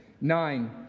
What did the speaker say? Nine